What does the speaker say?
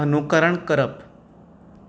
अनुकरण करप